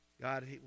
God